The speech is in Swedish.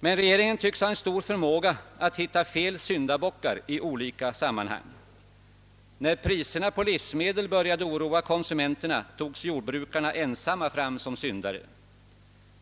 Men regeringen tycks ha stor förmåga att hitta fel syndabockar i olika sammanhang. När priserna på livsmedel började oroa konsumenterna drogs jordbrukarna ensamma fram som syndare.